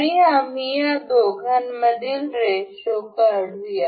आणि आम्ही या दोघांमधील रेशो काढूया